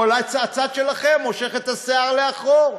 או אולי הצד שלכם מושך את השיער לאחור.